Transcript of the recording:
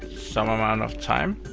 some amount of time,